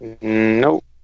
Nope